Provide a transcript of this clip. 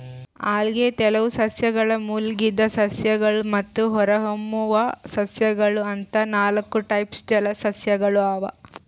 ಅಲ್ಗೆ, ತೆಲುವ್ ಸಸ್ಯಗಳ್, ಮುಳಗಿದ್ ಸಸ್ಯಗಳ್ ಮತ್ತ್ ಹೊರಹೊಮ್ಮುವ್ ಸಸ್ಯಗೊಳ್ ಅಂತಾ ನಾಲ್ಕ್ ಟೈಪ್ಸ್ ಜಲಸಸ್ಯಗೊಳ್ ಅವಾ